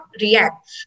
react